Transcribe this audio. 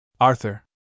Arthur